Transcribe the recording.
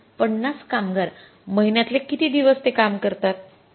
तर ५० कामगार महिन्यातले किती दिवस ते काम करतात